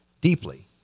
deeply